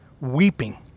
weeping